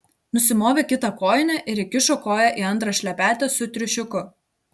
nusimovė kitą kojinę ir įkišo koją į antrą šlepetę su triušiuku